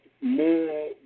more